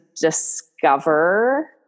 discover